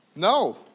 No